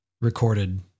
recorded